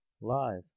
live